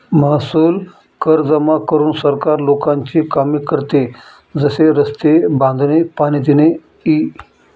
महसूल कर जमा करून सरकार लोकांची कामे करते, जसे रस्ते बांधणे, पाणी देणे इ